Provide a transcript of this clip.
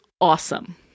awesome